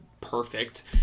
perfect